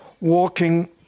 walking